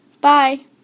Bye